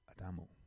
Adamo